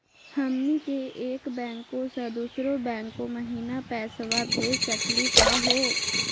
हमनी के एक बैंको स दुसरो बैंको महिना पैसवा भेज सकली का हो?